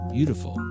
Beautiful